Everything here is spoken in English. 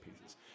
pieces